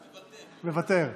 מוותר,